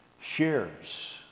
shares